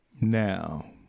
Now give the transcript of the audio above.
now